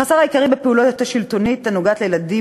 החסר העיקרי בפעילות השלטונית הנוגעת לילדים